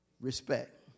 respect